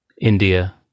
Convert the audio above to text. india